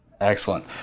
Excellent